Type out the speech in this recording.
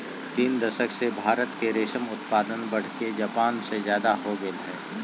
तीन दशक से भारत के रेशम उत्पादन बढ़के जापान से ज्यादा हो गेल हई